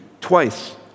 twice